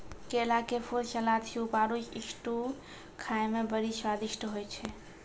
केला के फूल, सलाद, सूप आरु स्ट्यू खाए मे बड़ी स्वादिष्ट होय छै